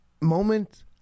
moment